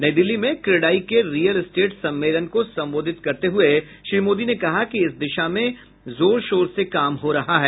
नई दिल्ली में कोडाई के रिएल एस्टेट सम्मेलन को संबोधित करते हुए श्री मोदी ने कहा कि इस दिशा में जोर शोर से काम हो रहा है